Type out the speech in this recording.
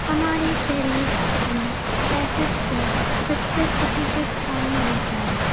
ہمارے شریر میں پینسٹھ سے ستر پرتیشت پانی ہوتا ہے